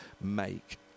make